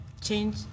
change